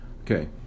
Okay